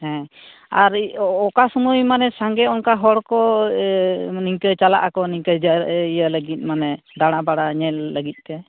ᱦᱮᱸ ᱟᱨ ᱚᱠᱟ ᱥᱚᱢᱳᱭ ᱢᱟᱱᱮ ᱥᱟᱸᱜᱮ ᱚᱱᱠᱟ ᱦᱚᱲ ᱠᱚ ᱢᱟᱱᱮ ᱱᱤᱝᱠᱟᱹ ᱪᱟᱞᱟᱜ ᱟᱠᱚ ᱱᱤᱝᱠᱟᱹ ᱤᱭᱟᱹ ᱞᱟᱹᱜᱤᱫ ᱢᱟᱱᱮ ᱫᱟᱲᱟ ᱵᱟᱲᱟ ᱧᱮᱞ ᱞᱟᱹᱜᱤᱫ ᱛᱮ